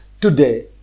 Today